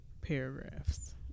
paragraphs